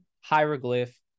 hieroglyph